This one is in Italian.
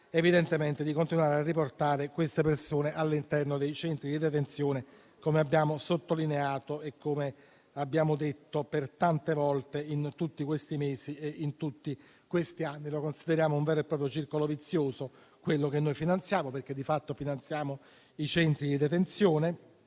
è quello di continuare a riportare queste persone all'interno dei centri di detenzione, come abbiamo sottolineato tante volte in tutti questi mesi e anni. Consideriamo un vero e proprio circolo vizioso quello che finanziamo, perché di fatto finanziamo i centri di detenzione,